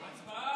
הצבעה.